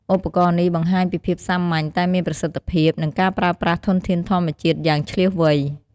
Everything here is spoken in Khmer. ឧបករណ៍នេះបង្ហាញពីភាពសាមញ្ញតែមានប្រសិទ្ធភាព និងការប្រើប្រាស់ធនធានធម្មជាតិយ៉ាងឈ្លាសវៃ។